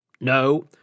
No